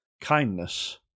kindness